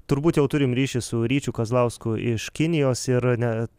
turbūt jau turim ryšį su ryčiu kazlausku iš kinijos ir ne